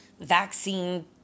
vaccine